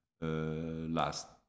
last